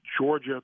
Georgia